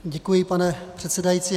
Děkuji, pane předsedající.